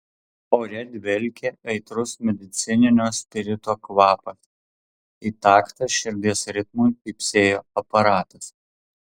ore dvelkė aitrus medicininio spirito kvapas į taktą širdies ritmui pypsėjo aparatas